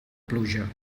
pluja